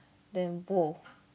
then !whoa!